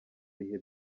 bihe